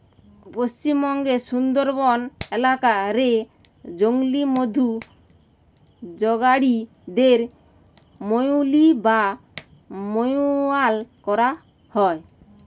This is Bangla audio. পশ্চিমবঙ্গের সুন্দরবন এলাকা রে জংলি মধু জগাড়ি দের মউলি বা মউয়াল কয়া হয়